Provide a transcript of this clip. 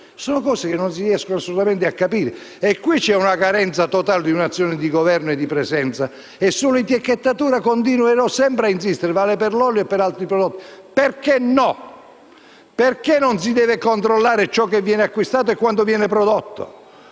Sono cose che non si riescono assolutamente a capire. Su questo c'è la carenza totale di un'azione di governo e di presenza. Sulla etichettatura continuerò sempre a insistere (vale per l'olio e per altri prodotti): perché no? Perché non si deve controllare ciò che viene acquistato e quanto viene prodotto?